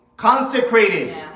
consecrated